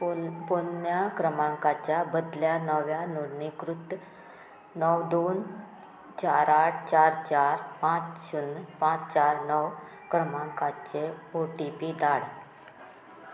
पो पोन्न्या क्रमांकाच्या बदल्या नव्या नोंदणीकृत णव दोन चार आठ चार चार पांच शुन्य पांच चार णव क्रमांकाचे ओ टी पी धाड